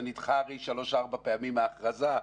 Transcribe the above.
ההכרזה נדחתה שלוש-ארבע פעמים.